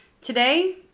Today